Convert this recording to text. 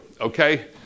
Okay